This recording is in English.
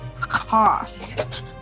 cost